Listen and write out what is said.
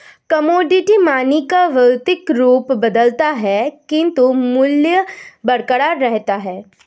commodity money का भौतिक रूप बदलता है किंतु मूल्य बरकरार रहता है